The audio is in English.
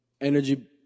energy